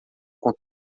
com